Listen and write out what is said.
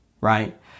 Right